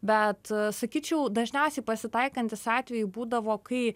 bet sakyčiau dažniausiai pasitaikantys atvejai būdavo kai